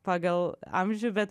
pagal amžių bet